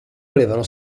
volevano